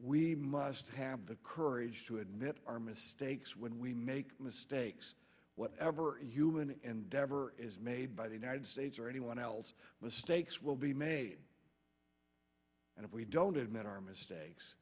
we must have the courage to admit our mistakes when we make mistakes whatever human endeavor is made by the united states or anyone else mistakes will be made and if we don't admit our mistakes